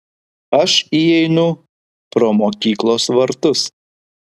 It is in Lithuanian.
aš įeinu pro mokyklos vartus